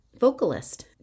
vocalist